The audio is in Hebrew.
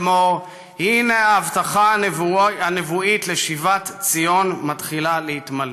לאמור: הינה ההבטחה הנבואית לשיבת ציון מתחילה להתמלא".